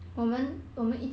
mm